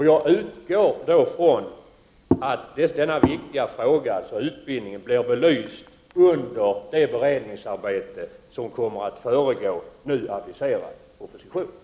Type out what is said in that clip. Jag utgår från att denna viktiga fråga om utbildningen blir belyst under det beredningsarbete som kommer att föregå den nu aviserade propositionen.